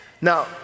Now